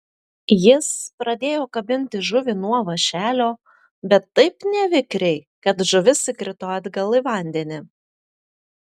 jis pradėjo kabinti žuvį nuo vąšelio bet taip nevikriai kad žuvis įkrito atgal į vandenį